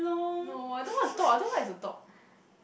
no I don't want to talk I don't know what is the talk